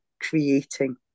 creating